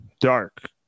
dark